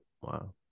Wow